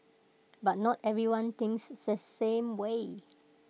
but not everyone thinks the same way